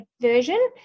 version